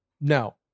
Now